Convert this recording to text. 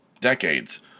decades